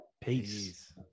Peace